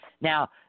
Now